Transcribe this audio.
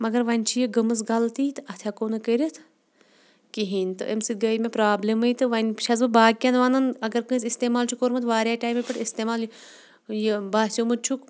مگر وۄنۍ چھِ یہِ گٔمٕژ غلطی تہٕ اَتھ ہٮ۪کو نہٕ کٔرِتھ کِہیٖنۍ تہٕ اَمہِ سۭتۍ گٔے مےٚ پرٛابلِمٕے تہٕ وۄنۍ چھَس بہٕ باقیَن وَنان اگر کٲنٛسہِ استعمال چھِ کوٚرمُت واریاہ ٹایمہٕ پٮ۪ٹھ استعمال یہِ یہِ باسیومُت چھُکھ